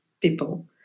people